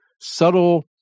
subtle